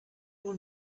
will